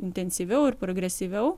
intensyviau ir progresyviau